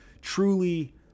truly